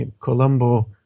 Colombo